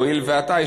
הואיל ואתאי,